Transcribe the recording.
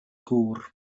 gŵr